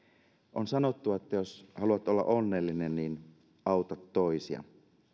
on sanottu että jos haluat olla onnellinen auta toisia